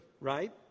right